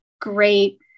great